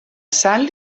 sal